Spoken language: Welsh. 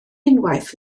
unwaith